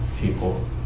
people